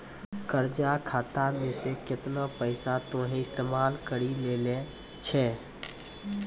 कर्जा खाता मे से केतना पैसा तोहें इस्तेमाल करि लेलें छैं